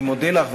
אני מודה לך,